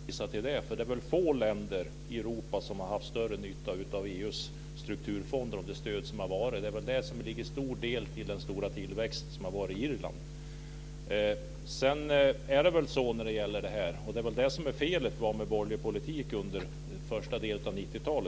Fru talman! Irland är kanske ett ganska dåligt exempel att hänvisa till. Få länder i Europa har väl haft större nytta än Irland av EU:s strukturfonder och det stöd som varit. Det är väl det som till stor del bidragit till den höga tillväxt som varit i Irland. Felet med den borgerliga politiken i början av 1990-talet var väl